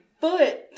foot